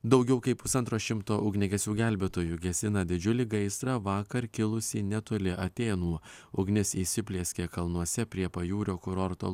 daugiau kaip pusantro šimto ugniagesių gelbėtojų gesina didžiulį gaisrą vakar kilusį netoli atėnų ugnis įsiplieskė kalnuose prie pajūrio kurorto